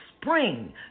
Spring